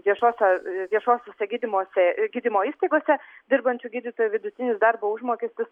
viešose viešosiose gydymosi gydymo įstaigose dirbančių gydytojų vidutinis darbo užmokestis